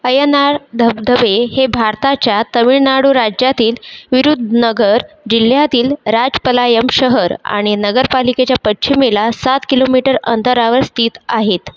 अय्यनार धबधबे हे भारताच्या तामिळनाडू राज्यातील विरुधुनगर जिल्ह्यातील राजपलायम शहर आणि नगरपालिकेच्या पश्चिमेला सात किलोमीटर अंतरावर स्थित आहेत